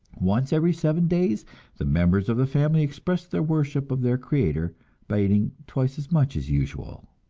once every seven days the members of the family expressed their worship of their creator by eating twice as much as usual